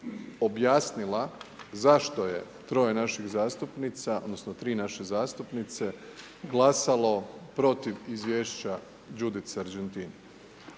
objasnila zašto je troje naših zastupnica odnosno 3 naše zastupnice glasalo protiv izvješća …/Govornik